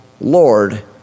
Lord